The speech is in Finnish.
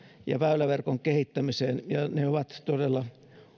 ja väyläverkon kehittämiseen ja ne ovat todella